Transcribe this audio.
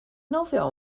nofio